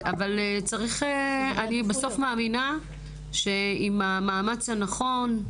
אבל אני בסוף מאמינה שעם המאמץ הנכון,